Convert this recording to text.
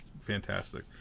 fantastic